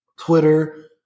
Twitter